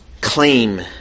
claim